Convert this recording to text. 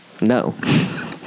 No